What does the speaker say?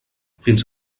fins